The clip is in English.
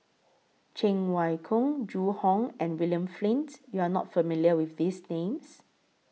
Cheng Wai Keung Zhu Hong and William Flint YOU Are not familiar with These Names